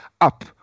up